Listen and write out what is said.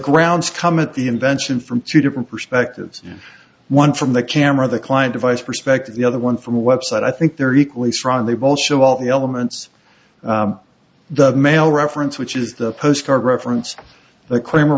grounds come at the invention from two different perspectives one from the camera the client device perspective the other one from a website i think they're equally strong they both show all the elements the male reference which is the postcard reference th